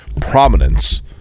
prominence